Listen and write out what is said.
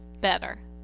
Better